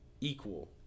equal